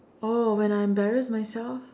oh when I embarrass myself